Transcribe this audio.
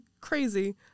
crazy